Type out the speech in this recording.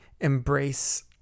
embrace